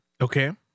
Okay